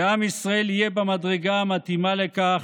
ועם ישראל יהיה במדרגה המתאימה לכך,